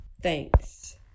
Thanks